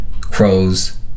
crows